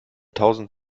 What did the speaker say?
tausend